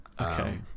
Okay